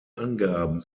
angaben